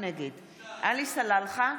נגד עלי סלאלחה,